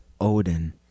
Odin